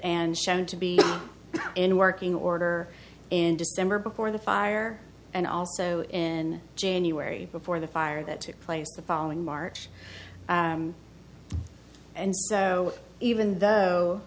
and shown to be in working order in december before the fire and also in january before the fire that took place the following march and so even though